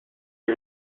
are